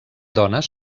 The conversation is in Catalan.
dones